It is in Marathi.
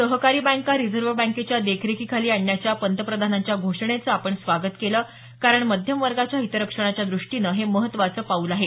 सहकारी बँका रिझर्व्ह बँकेच्या देखरेखीखाली आणण्याच्या पंतप्रधानांच्या घोषणेचं आपण स्वागत केलं कारण मध्यम वर्गाच्या हितरक्षणाच्या द्रष्टीनं हे महत्त्वाचं पाऊल आहे